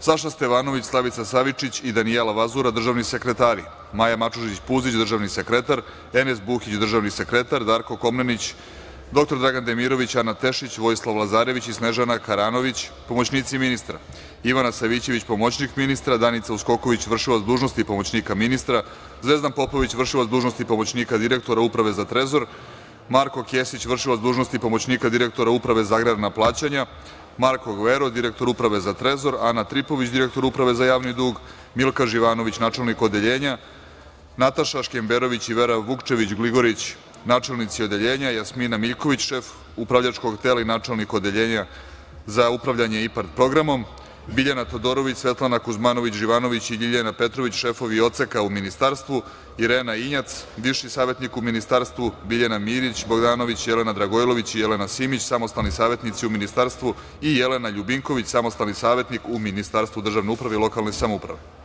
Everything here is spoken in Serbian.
Saša Stevanović, Slavica Savičić i Danijela Vazura, državni sekretari, Maja Mačužić Puzić, državni sekretar, Enes Buhić, državni sekretar, Darko Komnenić, dr Dragan Demirović, Ana Tešić, Vojislav Lazarević i Snežana Karanović, pomoćnici ministra, Ivana Savićević, pomoćnik ministra, Danica Uskoković, vršilac dužnosti pomoćnika ministra, Zvezdan Popović, vršilac dužnosti pomoćnika direktora Uprave za trezor, Marko Kesić, vršilac dužnosti pomoćnika direktora Uprave za agrarna plaćanja, Marko Gvero, direktor Uprave za trezor, Ana Tripović, direktor Uprave za javni dug, Milka Živanović, načelnik odeljenja, Nataša Škembarović i Vera Vukčević Gligorić, načelnici odeljenja i Jasmina Miljković, šef upravljačkog tela i načelnik odeljenja za upravljanje IPARD programom, Biljana Todorović, Svetlana Kuzmanović Živanović i Ljiljana Petrović, šefovi odseka u ministarstvu, Irena Injac, bivši savetnik u ministarstvu, Biljana Mirić Bogdanović, Jelena Dragojlović i Jelena Simić, samostalni savetnici u ministarstvu i Jelena Ljubinković, samostalni savetnik u Ministarstvu državne uprave i lokalne samouprave.